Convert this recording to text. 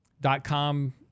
dot-com